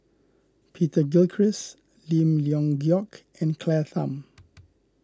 Peter Gilchrist Lim Leong Geok and Claire Tham